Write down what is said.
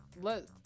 let